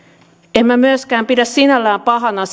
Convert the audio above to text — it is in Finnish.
en minä myöskään pidä sinällään pahana